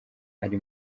ari